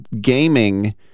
gaming